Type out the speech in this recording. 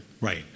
Right